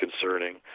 concerning